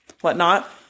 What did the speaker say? whatnot